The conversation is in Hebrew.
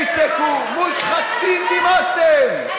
תצעקו: מושחתים נמאסתם,